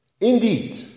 Indeed